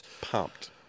pumped